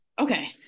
Okay